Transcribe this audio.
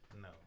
No